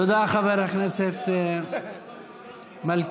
תודה, חבר הכנסת מלכיאלי.